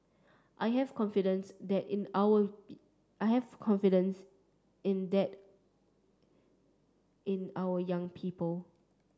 I have confidence that in our I have confidence in that in our young people